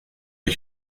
ich